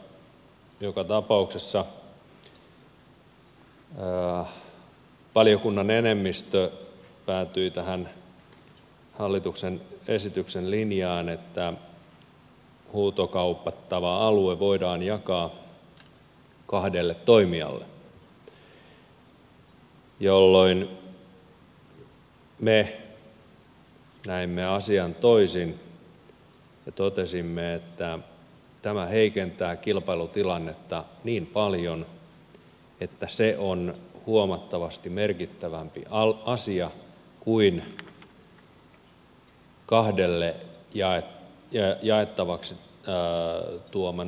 mutta joka tapauksessa valiokunnan enemmistö päätyi tähän hallituksen esityksen linjaan että huutokaupattava alue voidaan jakaa kahdelle toimijalle jolloin me näimme asian toisin ja totesimme että tämä heikentää kilpailutilannetta niin paljon että se on huomattavasti merkittävämpi asia kuin kahdelle jakamisen tuoma nopeusetu